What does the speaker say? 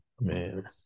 Man